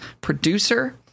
producer